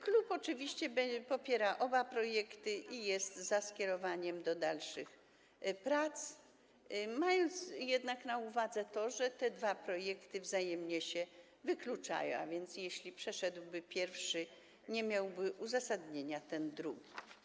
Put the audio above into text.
Klub oczywiście popiera oba projekty i jest za skierowaniem ich do dalszych prac, mając jednak na uwadze to, że te dwa projekty wzajemnie się wykluczają, a więc jeśli przeszedłby pierwszy, nie miałby uzasadnienia drugi.